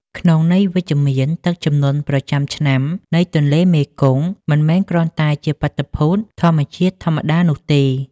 ក្នុងន័យវិជ្ជមាន ទឹកជំនន់ប្រចាំឆ្នាំនៃទន្លេមេគង្គ មិនមែនគ្រាន់តែជាបាតុភូតធម្មជាតិធម្មតានោះទេ។